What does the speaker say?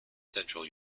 central